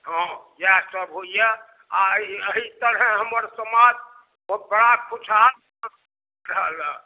हाँ इएह सभ होइए आइ अहि तरहे हमर समाज बड़ा खुशहाल